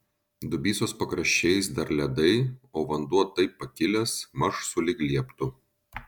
dubysos pakraščiais dar ledai o vanduo taip pakilęs maž sulig lieptu